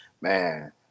Man